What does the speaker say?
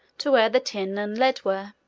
to where the tin and lead were.